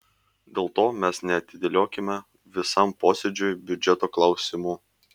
dėl to mes neatidėliokime visam posėdžiui biudžeto klausimų